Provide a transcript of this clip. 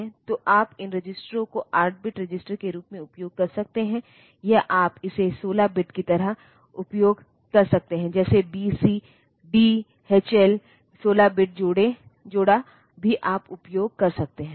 तो आप इन रजिस्टरों को 8 बिट रजिस्टर के रूप में उपयोग कर सकते हैं या आप इसे 16 बिट जोड़ी की तरह उपयोग कर सकते हैं जैसे B C D H L 16 bit जोड़ा भी आप उपयोग कर सकते हैं